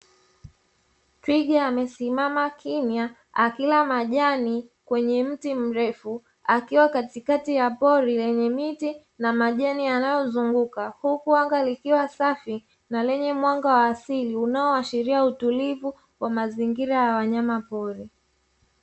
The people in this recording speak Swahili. Twiga amesimama kimya akila majani kwenye mti mrefu, akiwa katikati ya pori lenye miti na majani yanayozunguka; huku anga likiwa safi na lenye mwanga wa asili, unaoashiria utulivu wa mazingira ya wanyamapori.